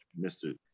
Mr